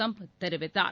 சும்பத் தெரிவித்தார்